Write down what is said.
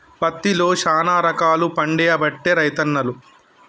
పత్తిలో శానా రకాలు పండియబట్టే రైతన్నలు